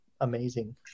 amazing